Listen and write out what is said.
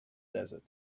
desert